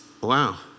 wow